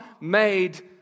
made